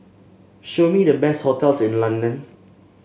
show me the best hotels in London